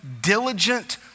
diligent